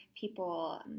people